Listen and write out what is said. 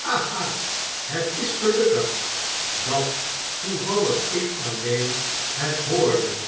ha ha het is gelukkig dat toevallig ik alleen het hoorde